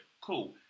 Cool